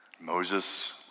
Moses